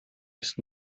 ist